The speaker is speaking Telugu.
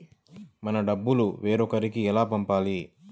మన డబ్బులు వేరొకరికి ఎలా పంపాలి?